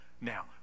Now